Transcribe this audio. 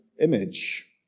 image